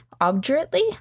obdurately